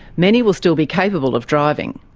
many will still be capable of driving,